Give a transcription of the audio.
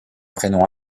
prénom